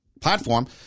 platform